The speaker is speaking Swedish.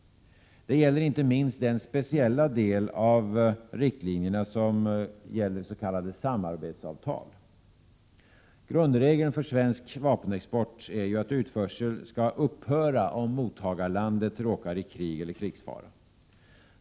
Det gäller inte minst den speciella del av riktlinjerna som gäller s.k. samarbetsavtal. Grundregeln för svensk vapenexport är ju att utförsel skall upphöra om mottagarlandet råkar i krig eller krigsfara.